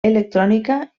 electrònica